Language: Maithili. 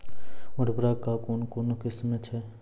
उर्वरक कऽ कून कून किस्म छै?